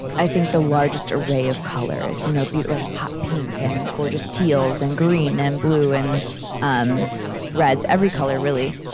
i think, the largest array of colors you know like hot pink, and gorgeous teals, and green, and blue, and um reds every color, really.